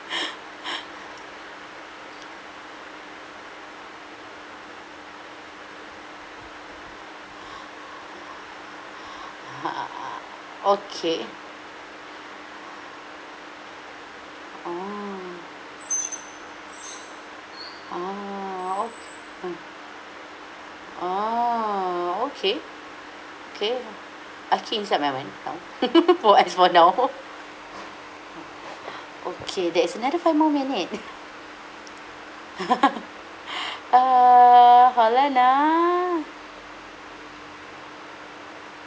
a'ah okay orh orh o~ mm orh okay okay I keep inside my bank account for as for now [ho] okay that is another five more minutes uh hold on ah